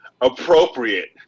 appropriate